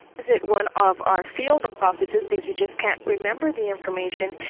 visit one of our field offices because you just can't remember the information.